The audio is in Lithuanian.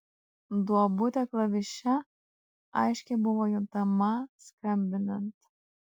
duobutė klaviše aiškiai buvo juntama skambinant